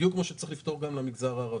בדיוק כמו שצריך לפתור גם למגזר הערבי.